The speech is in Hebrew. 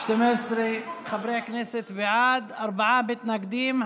12 חברי כנסת בעד, ארבעה מתנגדים.